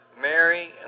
Mary